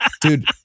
Dude